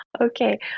Okay